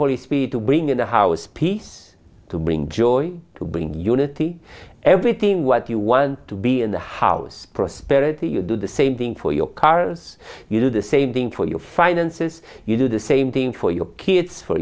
holy spirit to bring in the house peace to bring joy to bring unity everything what you want to be in the house prosperity you do the same thing for your cars you do the same thing for your finances you do the same thing for your kids for